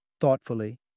thoughtfully